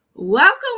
welcome